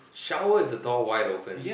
shower with the door wide open